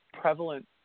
prevalent